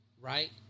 Right